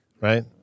right